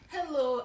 Hello